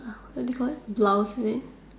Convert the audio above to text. Ah what do you call it blouse is it